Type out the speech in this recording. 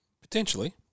Potentially